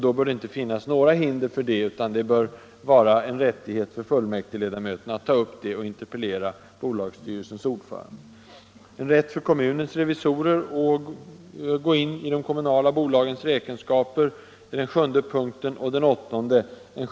Då bör det inte finnas några hinder för detta, utan det bör vara en rättighet för fullmäktigeledamöterna att interpellera bolagsstyrelsens ordförande i sådana frågor. 8.